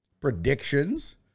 predictions